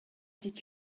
did